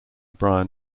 brian